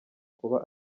kuba